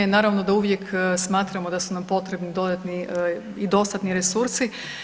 Naravno da uvijek smatramo da su nam potrebni dodatni i dostatni resursi.